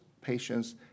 patients